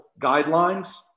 guidelines